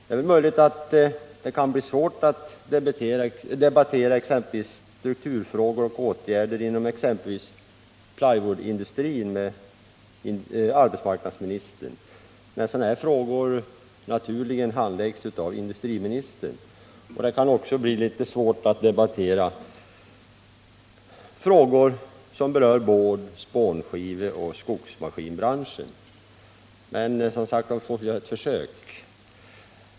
Det kan bli svårt att debattera strukturfrågor och åtgärder inom exempelvis plywoodindustrin med arbetsmarknadsministern, när sådana frågor naturligen handläggs av industriministern. Det kan också bli svårt att debattera frågor som rör board-, spånskiveoch skogsmaskinbranschen, men jag får väl göra ett försök.